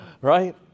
Right